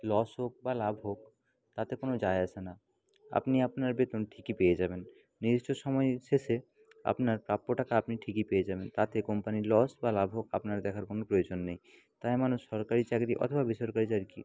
loss হোক বা লাভ হোক তাতে কোনো যায় আসে না আপনি আপনার বেতন ঠিকই পেয়ে যাবেন নির্দিষ্ট সময়ের শেষে আপনার প্রাপ্য টাকা আপনি ঠিকই পেয়ে যাবেন তাতে কোম্পানির লস বা লাভ হোক আপনার দেখার কোনো প্রয়োজন নেই তার মানে সরকারি চাকরি অথবা বেসরকারি চাকরি